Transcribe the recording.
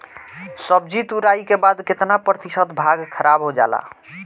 सब्जी तुराई के बाद केतना प्रतिशत भाग खराब हो जाला?